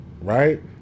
right